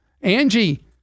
Angie